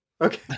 Okay